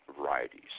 varieties